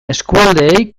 eskualdeei